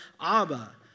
Abba